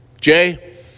Jay